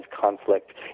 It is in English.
conflict